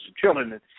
children